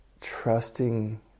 trusting